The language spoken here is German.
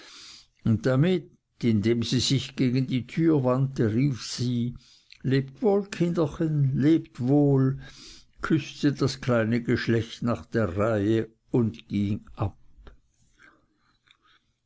und damit indem sie sich gegen die tür wandte rief sie lebt wohl kinderchen lebt wohl küßte das kleine geschlecht nach der reihe und ging ab